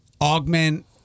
augment